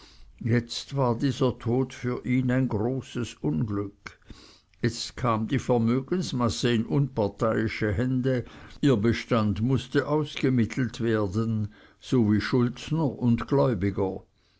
jetzt war dieser tod für ihn ein großes unglück jetzt kam die vermögensmasse in unparteiische hände ihr bestand mußte ausgemittelt werden so wie schuldner und gläubiger